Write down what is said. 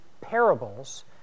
parables